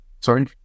sorry